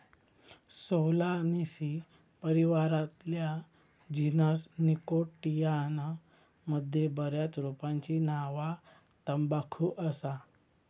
Solanaceae परिवारातल्या genus Nicotiana मध्ये बऱ्याच रोपांची नावा तंबाखू असा